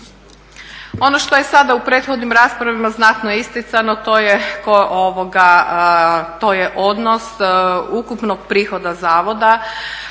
Ono što je sada u prethodnim raspravama znatno isticano to je odnos ukupnog prihoda zavoda